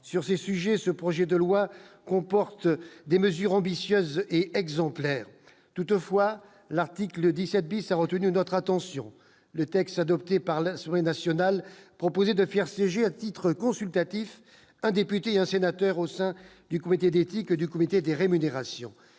sur ces sujets, ce projet de loi comporte des mesures ambitieuses et exemplaire, toutefois, l'article 17 bis a retenu notre attention : le texte adopté par la semaine nationale proposé de faire siéger à titre consultatif un député, un sénateur au sein du comité d'éthique du comité des rémunérations